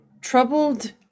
troubled